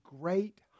great